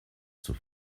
zur